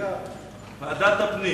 ועדת הפנים.